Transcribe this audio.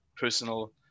personal